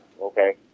okay